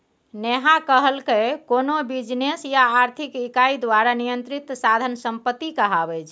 नेहा कहलकै कोनो बिजनेस या आर्थिक इकाई द्वारा नियंत्रित साधन संपत्ति कहाबै छै